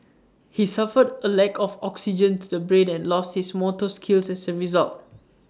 he suffered A lack of oxygen to the brain and lost his motor skills as A result